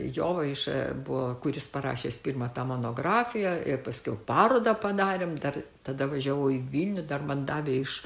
jovaiša buvo kuris parašęs pirmą tą monografiją ir paskiau parodą padarėm dar tada važiavau į vilnių dar man davė iš